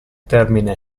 termine